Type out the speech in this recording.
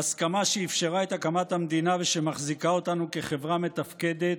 בהסכמה שאפשרה את הקמת המדינה ושמחזיקה אותנו כחברה מתפקדת.